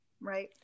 Right